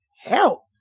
help